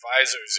advisors